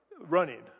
running